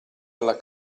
alla